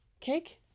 Cake